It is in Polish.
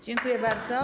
Dziękuję bardzo.